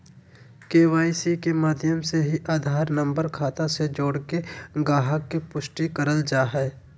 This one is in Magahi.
के.वाई.सी के माध्यम से ही आधार नम्बर खाता से जोड़के गाहक़ के पुष्टि करल जा हय